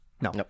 No